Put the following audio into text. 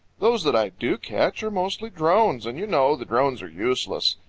those that i do catch are mostly drones, and you know the drones are useless.